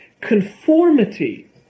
conformity